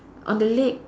on the leg